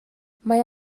mae